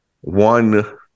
one